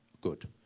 good